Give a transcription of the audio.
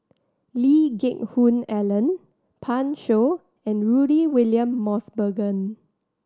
Lee Geck Hoon Ellen Pan Shou and Rudy William Mosbergen